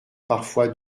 parfois